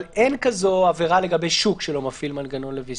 אבל אין כזאת עבירה לגבי שוק שלא מפעיל מנגנון לוויסות,